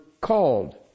called